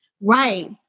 Right